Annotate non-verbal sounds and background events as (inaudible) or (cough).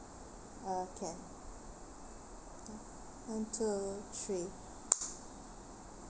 uh can one two three (noise)